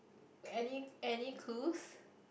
any any clues